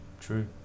true